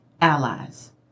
allies